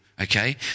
okay